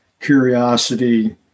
curiosity